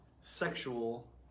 sexual